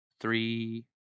three